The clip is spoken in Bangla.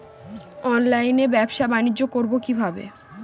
অনলাইনে ব্যবসা বানিজ্য করব কিভাবে?